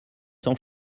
sans